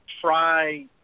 try